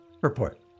Report